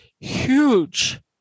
huge